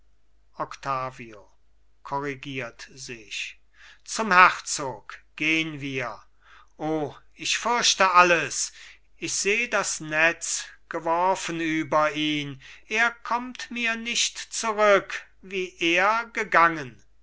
octavio korrigiert sich zum herzog gehn wir o ich fürchte alles ich seh das netz geworfen über ihn er kommt mir nicht zurück wie er gegangen